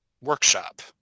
workshop